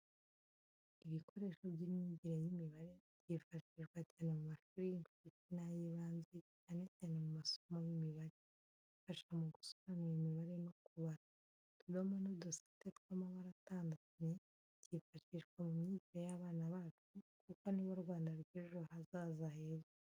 Ibikoresho by’imyigire y’imibare, byifashishwa cyane mu mashuri y’incuke n’ay’ibanze, cyane cyane mu masomo y’imibare. Bifasha mu gusobanura imibare no kubara. Utudomo n'udusate tw’amabara atandukanye, byifashishwa mu myigire y'abana bacu kuko ni bo Rwanda rw'ejo hazaza heza.